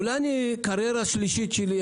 אולי אני בתור קריירה שלישית שלי,